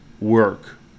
Work